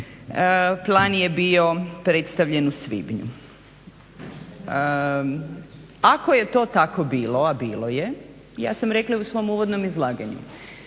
plan je bio predstavljen u svibnju. Ako je to tako bilo, a bilo je, ja sam rekla i u svom uvodnom izlaganju